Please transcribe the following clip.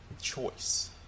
choice